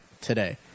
today